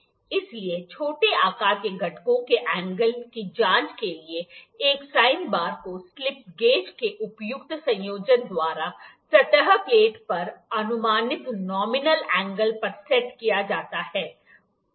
इसलिए छोटे आकार के घटकों के एंगल की जाँच के लिए एक साइन बार को स्लिप गेज के उपयुक्त संयोजन द्वारा सतह प्लेट पर अनुमानित नॉमिनल एंगल पर सेट किया जाता है